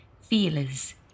feelers